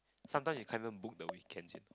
sometimes you can't even book the weekends you know